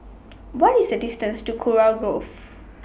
What IS The distance to Kurau Grove